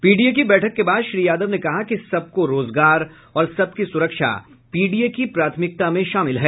PDA की बैठक के बाद श्री यादव ने कहा कि सबको रोजगार और सबकी सुरक्षा पीडीए की प्राथमिकता में शामिल है